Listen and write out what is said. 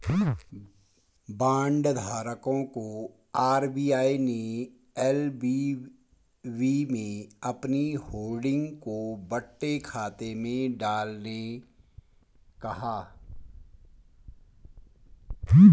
bond धारकों को RBI ने एल.वी.बी में अपनी होल्डिंग को बट्टे खाते में डालने कहा